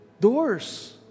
doors